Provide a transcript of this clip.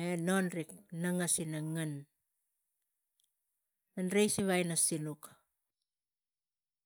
e non rik nangas ina ngen eng reis gaveko kalapai ina sinuk.